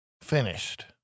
finished